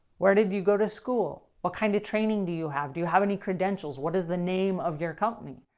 where did you go to school? what kind of training do you have? do you have any credentials? what is the name of your company?